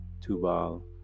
Tubal